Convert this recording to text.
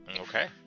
Okay